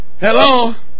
Hello